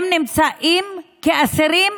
הם נמצאים כאסירים